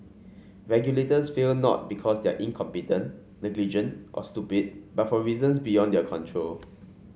regulators fail not because they are incompetent negligent or stupid but for reasons beyond their control